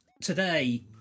today